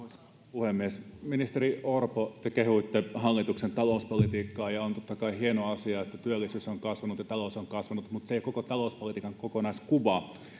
puhemies ministeri orpo te kehuitte hallituksen talouspolitiikkaa ja on totta kai hieno asia että työllisyys on kasvanut ja talous on kasvanut mutta se ei ole koko talouspolitiikan kokonaiskuva